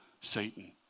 Satan